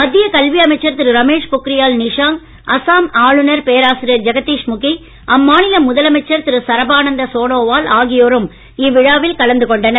மத்திய கல்வி அமைச்சர் திரு ரமேஷ் பொக்ரியால் நிஷாங்க் அசாம் ஆளுநர் பேராசிரியர் ஜகதீஷ் முகி அம்மாநில முதலமைச்சர் திரு சரபனாந்த சோனோவால் ஆகியோரும் இவ்விழாவில் கலந்து கொண்டனர்